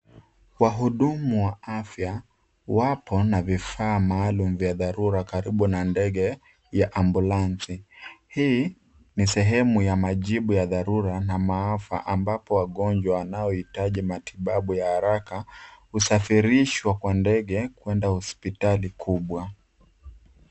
Wahudumu wa afya wapo na vifaa maalum vya dharura karibu na ndege ya ambulansi. Hii ni sehemu ya majibu ya dharura na maafa ambapo wagonjwa wanaohitaji matibabu ya haraka husafirishwa kwa ndege kuenda hospitali kubwa.